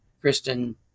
Kristen